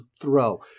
throw